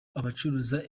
abacuruza